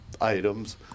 items